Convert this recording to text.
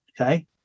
okay